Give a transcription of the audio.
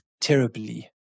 terribly